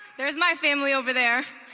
there's my family over there.